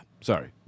Sorry